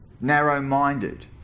narrow-minded